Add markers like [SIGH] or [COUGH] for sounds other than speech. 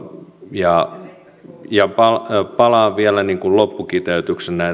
ja ja palaan vielä niin kuin loppukiteytyksenä [UNINTELLIGIBLE]